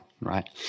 right